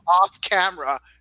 off-camera